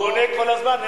הוא עונה כל הזמן.